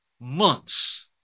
months